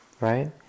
right